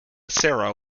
sarah